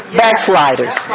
backsliders